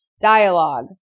Dialogue